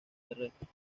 terrestres